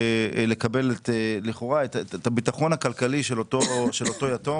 ולנסות לקבל לכאורה את הביטחון הכלכלי של אותו יתום.